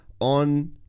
on